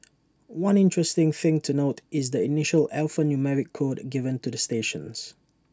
one interesting thing to note is the initial alphanumeric code given to the stations